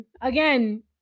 Again